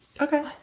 Okay